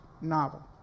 novel